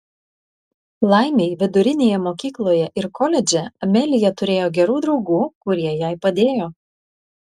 laimei vidurinėje mokykloje ir koledže amelija turėjo gerų draugų kurie jai padėjo